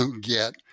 get